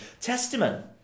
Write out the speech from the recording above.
Testament